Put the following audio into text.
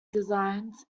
designs